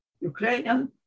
Ukrainian